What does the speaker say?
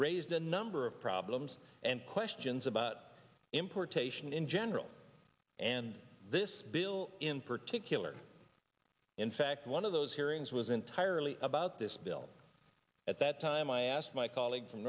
raised a number of problems and questions about importation in general and this bill in particular in fact one of those hearings was entirely about this bill at that time i asked my colleague